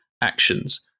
actions